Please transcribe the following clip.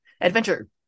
adventure